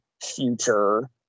future